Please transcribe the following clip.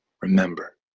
remember